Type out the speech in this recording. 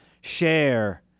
share